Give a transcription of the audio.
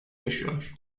yaşıyor